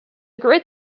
great